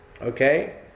Okay